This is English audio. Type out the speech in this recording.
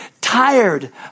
tired